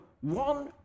one